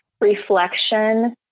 reflection